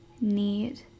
need